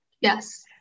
yes